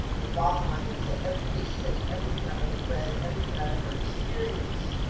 the bottom line is that every case study, everything i've ever read, everything i've ever experienced,